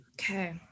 Okay